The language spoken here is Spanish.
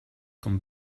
con